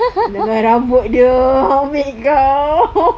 dengan rambut dia ambil kau